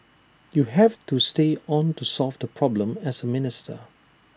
you have to stay on to solve the problem as A minister